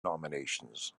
nominations